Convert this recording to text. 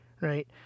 right